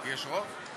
יש רוב?